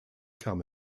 kam